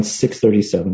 6.37